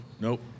nope